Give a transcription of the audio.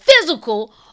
physical